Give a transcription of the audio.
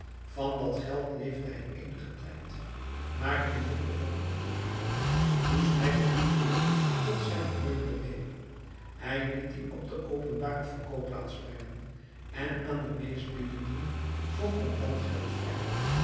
van dat geld leefde hij eenigen tijd maar toen dit begon op te raken moest hij de toevlugt tot zijne meubelen nemen hij liet die op de openbare verkoopplaats brengen en aan de meestbiedenden voor kontant geld veilen